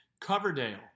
Coverdale